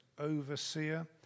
overseer